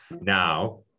Now